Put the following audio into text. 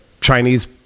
Chinese